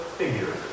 figure